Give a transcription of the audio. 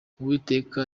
uwiteka